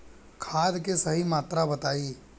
खाद के सही मात्रा बताई?